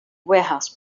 warehouse